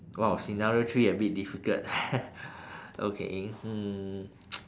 !wow! scenario three a bit difficult okay hmm